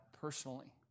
personally